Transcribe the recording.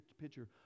picture